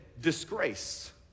disgrace